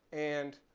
and,